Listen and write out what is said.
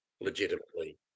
legitimately